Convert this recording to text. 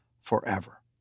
forever